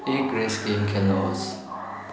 एक race game खेल्नुहोस्